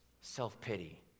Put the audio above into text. self-pity